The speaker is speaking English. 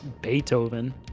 Beethoven